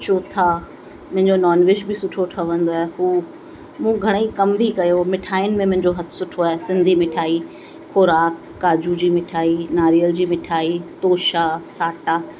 चोथा मुंहिंजो नॉनवेज बि सुठो ठहंदो आहे हू मूं घणेई कम बि कयो मिठाइनि में मुंहिंजो हथु सुठो आहे सिंधी मिठाई ख़ोराक काजू जी मिठाई नारियल जी मिठाई टोशा साटा